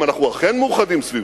אם אנחנו אכן מאוחדים סביבם,